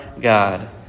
God